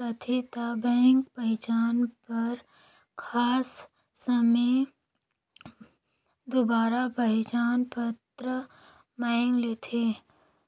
रहथे ता बेंक पहिचान बर खास समें दुबारा पहिचान पत्र मांएग लेथे